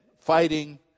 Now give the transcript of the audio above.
fighting